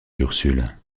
ursule